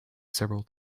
several